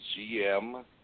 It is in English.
GM